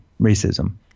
racism